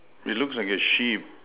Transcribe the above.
it looks like a sheep